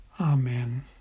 Amen